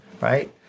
right